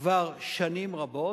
כבר שנים רבות,